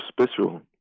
special